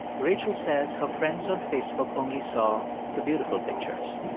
rachel says her friends on facebook only saw the beautiful pictures.